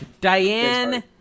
Diane